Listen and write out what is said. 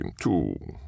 two